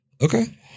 Okay